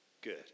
good